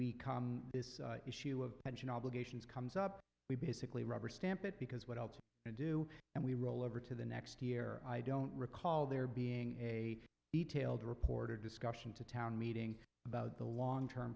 we come this issue of pension obligations comes up we basically rubber stamp it because what else we do and we roll over to the next year i don't recall there being a detailed report or discussion to town meeting about the long term